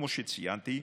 כמו שציינתי,